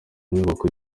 nyubako